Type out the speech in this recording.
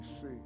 see